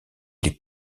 les